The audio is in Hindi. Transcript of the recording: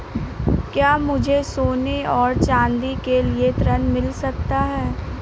क्या मुझे सोने और चाँदी के लिए ऋण मिल सकता है?